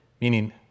meaning